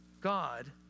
God